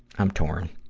i'm torn.